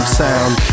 sound